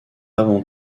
avant